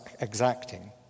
exacting